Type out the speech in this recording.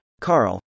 Carl